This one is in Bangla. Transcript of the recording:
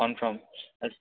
কনফার্ম